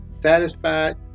satisfied